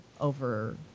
over